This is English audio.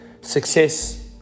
success